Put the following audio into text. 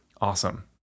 Awesome